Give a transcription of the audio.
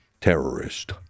terrorist